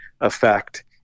effect